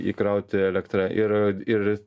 įkrauti elektra ir ir